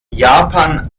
japan